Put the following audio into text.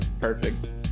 Perfect